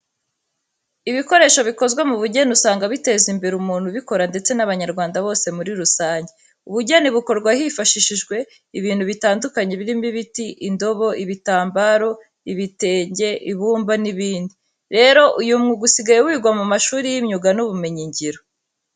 Ibikoresho bikozwe mu bugeni usanga biteza imbere umuntu ubikora ndetse n'Abanyarwanda bose muri rusange. Ubugeni bukorwa hifashishijwe ibintu bitandukanye birimo ibiti, indobo, ibitambaro, ibitenge, ibumba n'ibindi. Rero uyu mwuga usigaye wigwa mu mashuri y'imyuga n'ubumenyingiro.